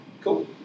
Cool